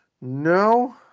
No